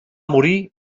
morir